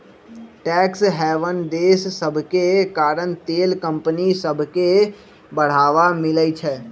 tax haven देश सभके कारण तेल कंपनि सभके बढ़वा मिलइ छै